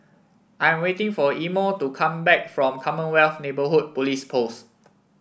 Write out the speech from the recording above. I'm waiting for Imo to come back from Commonwealth Neighbourhood Police Post